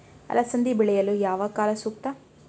ಅಲಸಂದಿ ಬೆಳೆಯಲು ಯಾವ ಕಾಲ ಸೂಕ್ತ?